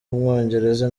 w’umwongereza